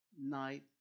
night